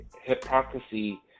hypocrisy